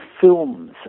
films